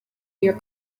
your